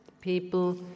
people